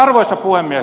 arvoisa puhemies